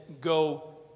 go